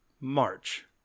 March